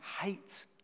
hate